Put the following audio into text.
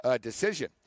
decision